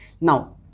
now